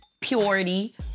purity